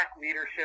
leadership